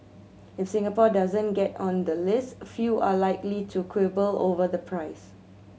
if Singapore doesn't get on the list few are likely to quibble over the price